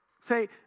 Say